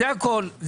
זה הכול.